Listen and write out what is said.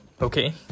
okay